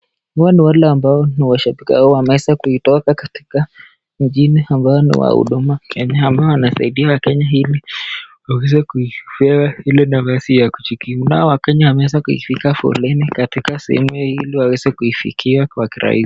Hao nao ni wale ni mashabiki wameeza kutoka katika nchini ambao ni wa huduma Kenya, ambao wanasaidia wakenya ili kuweza kupewa ile nafasi ya kujikimu nao wakenya wameeza kupiga foleni katika sehemu hii ili waweze kufikiwa kwa kirahisi.